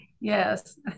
Yes